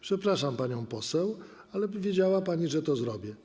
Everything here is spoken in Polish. Przepraszam panią poseł, ale wiedziała pani, że to zrobię.